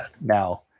Now